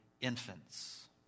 infants